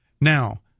Now